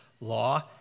law